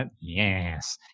Yes